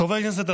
חברי הכנסת,